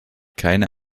keine